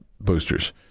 boosters